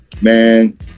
Man